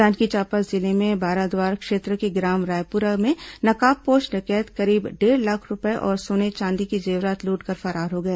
जांजगीर चांपा जिले में बाराद्वार क्षेत्र के ग्राम रायपुरा में नकाबपोश डकैत करीब डेढ़ लाख रूपये और सोने चांदी की जेवरात लूटकर फरार हो गए